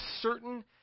certain